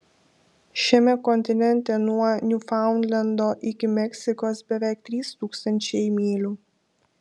šiame kontinente nuo niūfaundlendo iki meksikos beveik trys tūkstančiai mylių